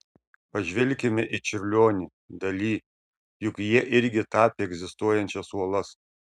pažvelkime į čiurlionį dali juk jie irgi tapė egzistuojančias uolas